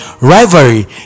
rivalry